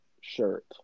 shirt